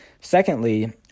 secondly